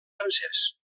francès